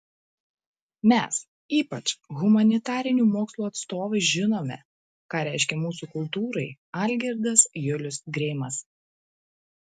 mes ypač humanitarinių mokslų atstovai žinome ką reiškia mūsų kultūrai algirdas julius greimas